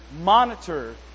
monitor